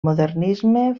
modernisme